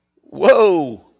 whoa